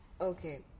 Okay